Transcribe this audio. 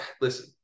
listen